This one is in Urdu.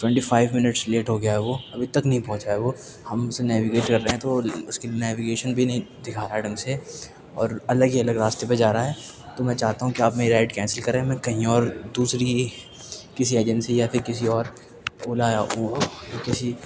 ٹوئنٹی فائیو منٹس لیٹ ہو گیا ہے وہ ابھی تک نہیں پہنچا ہے وہ ہم نیویگیٹ کر رہے تو اس کی نیویگیشن بھی نہیں دکھا رہا ہے ڈھنگ سے اور الگ ہی الگ راستے پہ جا رہا ہے تو میں چاہتا ہوں کہ آپ میری رائڈ کینسل کریں ہمیں کہیں اور دوسری کسی ایجنسی یا پھر کسی اور اولا یا کسی